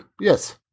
Yes